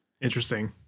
Interesting